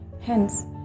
Hence